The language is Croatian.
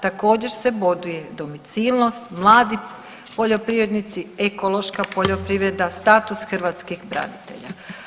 Također se boduje domicilnost, mladi poljoprivrednici, ekološka poljoprivreda, status hrvatskih branitelja.